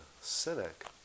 cynic